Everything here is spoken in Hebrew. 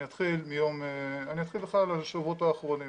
אני אתחיל בכלל על השבועות האחרונים.